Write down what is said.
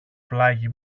πλάγι